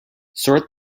sort